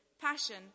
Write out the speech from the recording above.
passion